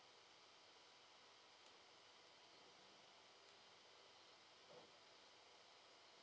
honor